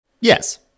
Yes